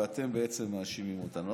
ואתם בעצם מאשימים אותנו.